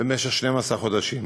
במשך 12 חודשים.